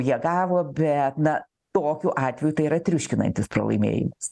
jie gavo bet na tokiu atveju tai yra triuškinantis pralaimėjimas